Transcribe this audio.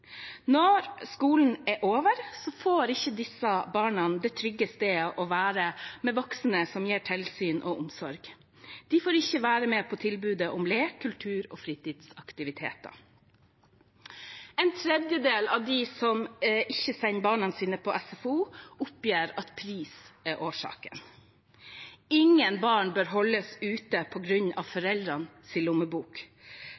Når skolen er over, får ikke disse barna det trygge stedet å være med voksne som gir tilsyn og omsorg. De får ikke være med på tilbudet om lek, kultur- og fritidsaktiviteter. En tredjedel av dem som ikke sender barna sine på SFO, oppgir at pris er årsaken. Ingen barn bør holdes ute